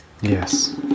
Yes